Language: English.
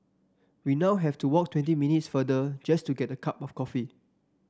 we now have to walk twenty minutes further just to get a cup of coffee